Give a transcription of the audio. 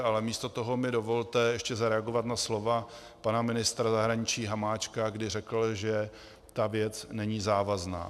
Ale místo toho mi dovolte ještě zareagovat na slova pana ministra zahraničí Hamáčka, který řekl, že ta věc není závazná.